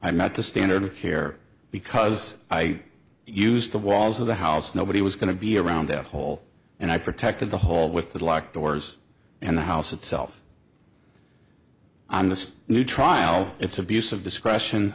not the standard here because i used the walls of the house nobody was going to be around that hole and i protected the hall with the locked doors and the house itself on the new trial it's abuse of discretion